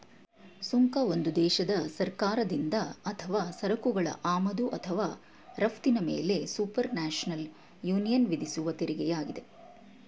ಸುಂಕ ಒಂದು ದೇಶದ ಸರ್ಕಾರದಿಂದ ಅಥವಾ ಸರಕುಗಳ ಆಮದು ಅಥವಾ ರಫ್ತಿನ ಮೇಲೆಸುಪರ್ನ್ಯಾಷನಲ್ ಯೂನಿಯನ್ವಿಧಿಸುವತೆರಿಗೆಯಾಗಿದೆ